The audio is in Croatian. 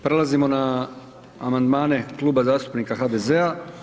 Prelazimo na amandmane Kluba zastupnika HDZ-a.